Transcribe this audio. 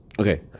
Okay